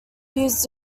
use